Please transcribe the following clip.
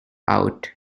out